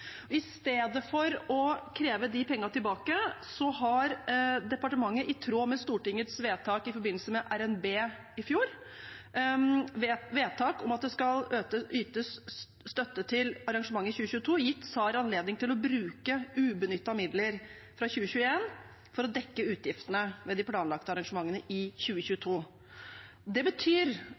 I stedet for å kreve de pengene tilbake, har departementet – i tråd med Stortingets vedtak i forbindelse med RNB i fjor om at det skal ytes støtte til arrangementet i 2022 – gitt SAHR anledning til å bruke ubenyttede midler fra 2021 for å dekke utgiftene ved de planlagte arrangementene i 2022. Det betyr